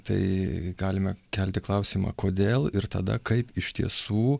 tai galime kelti klausimą kodėl ir tada kaip iš tiesų